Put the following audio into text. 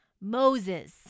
Moses